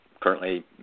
currently